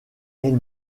elle